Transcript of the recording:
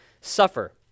suffer